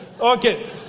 Okay